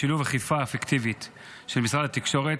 בשילוב אכיפה אפקטיבית של משרד התקשורת,